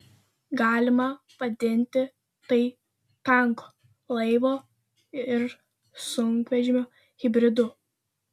galima vadinti tai tanko laivo ir sunkvežimio hibridu